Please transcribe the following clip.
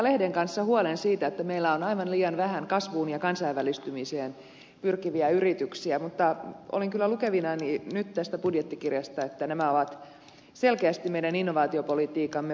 lehden kanssa huolen siitä että meillä on aivan liian vähän kasvuun ja kansainvälistymiseen pyrkiviä yrityksiä mutta olin kyllä lukevinani nyt tästä budjettikirjasta että nämä ovat selkeästi meidän innovaatiopolitiikkamme painopisteinä